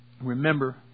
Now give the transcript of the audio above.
remember